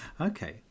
Okay